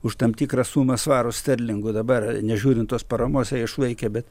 už tam tikrą sumą svarų sterlingų dabar nežiūrint tos paramos ją išvaikė bet